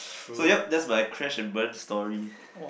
so yup that's my crash and burn story